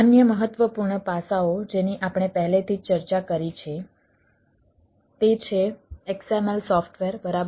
અન્ય મહત્વપૂર્ણ પાસાઓ જેની આપણે પહેલાથી જ ચર્ચા કરી છે તે છે XML સોફ્ટવેર બરાબર